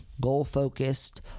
goal-focused